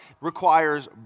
requires